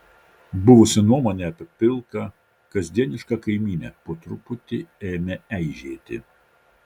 buvusi nuomonė apie pilką kasdienišką kaimynę po truputį pradėjo eižėti